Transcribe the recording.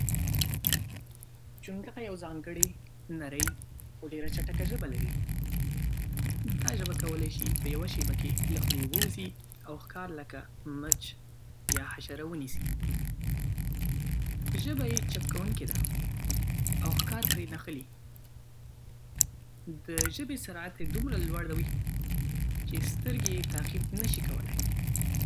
چونګښه یوه ځانګړې، نرۍ خو ډېره چټکه ژبه لري. دا ژبه کولای شي په یوه شیبه کې له خولې ووځي او ښکار لکه مچ یا حشره ونیسي. ژبه یې چپکونکې ده، او ښکار پرې نښلي. د ژبې سرعت دومره لوړ وي چې سترګې یې تعقیب نشي کولای.